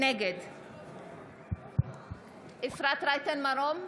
נגד אפרת רייטן מרום,